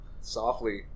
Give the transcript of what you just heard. Softly